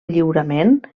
lliurament